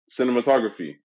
cinematography